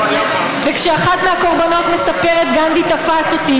וכשאחת מהקורבנות מספרת: גנדי תפס אותי,